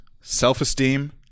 self-esteem